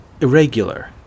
irregular